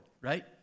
right